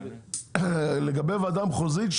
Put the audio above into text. לגבי הוועדה המחוזית,